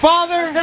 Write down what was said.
Father